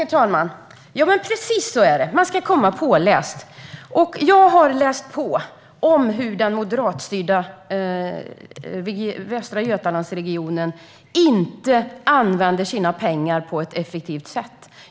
Herr talman! Precis så är det, man ska komma påläst. Jag har läst på om hur den moderatstyrda Västra Götalandsregionen inte använder sina pengar på ett effektivt sätt.